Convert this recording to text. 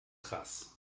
krass